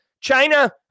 China